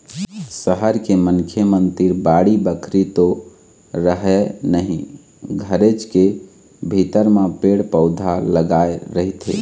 सहर के मनखे मन तीर बाड़ी बखरी तो रहय नहिं घरेच के भीतर म पेड़ पउधा लगाय रहिथे